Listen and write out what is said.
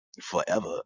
forever